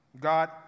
God